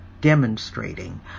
demonstrating